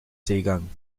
seegang